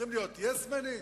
צריכים להיות "יס-מנים"?